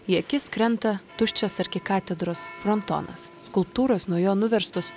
į akis krenta tuščias arkikatedros frontonas skulptūros nuo jo nuverstos